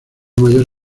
mayor